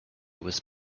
was